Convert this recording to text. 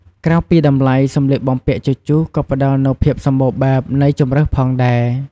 ក្រៅពីតម្លៃ សម្លៀកបំពាក់ជជុះក៏ផ្ដល់នូវភាពសម្បូរបែបនៃជម្រើសផងដែរ។